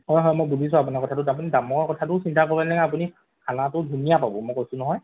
হয় হয় মই বুজিছোঁ আপোনাৰ কথাটোত আপুনি দামৰ কথাটোও চিন্তা কৰিব নালাগে আপুনি খানাটো ধুনীয়া পাব মই কৈছোঁ নহয়